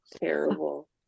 Terrible